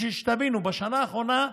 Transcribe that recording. בשביל שתבינו,